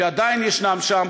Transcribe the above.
שעדיין יש שם,